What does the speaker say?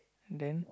then